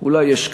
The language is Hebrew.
אולי יש כאלה,